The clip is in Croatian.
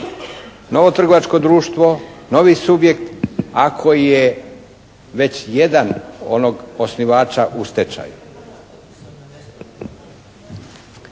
novo trgovačko društvo, novi subjekt ako je već jedan onog osnivača u stečaju.